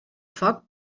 foc